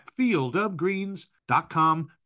fieldofgreens.com